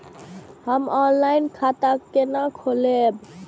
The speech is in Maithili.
हम ऑनलाइन खाता केना खोलैब?